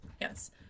Yes